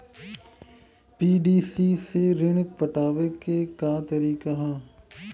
PDC से ऋण पटावे के का तरीका ह?